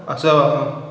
असं